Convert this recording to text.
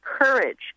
courage